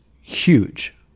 huge